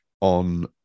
on